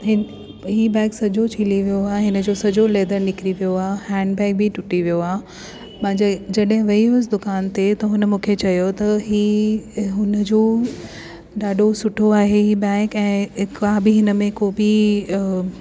हिन इहा बैग सॼो छिले वियो आहे हिन जो सॼो लैदर निकरी वियो आहे हैंडबैग बि टूटी वियो आहे मां जॾहिं वई हुअसि त दुकानु ते हुन मूंखे चयो त इहा हुन जो ॾाढो सुठो आहे इहो बैग ऐं को बि हिन में को बि